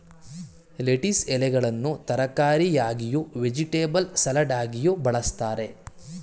lettuce ಎಲೆಗಳನ್ನು ತರಕಾರಿಯಾಗಿಯೂ, vegetable ಸಲಡಾಗಿಯೂ ಬಳ್ಸತ್ತರೆ